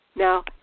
Now